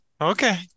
Okay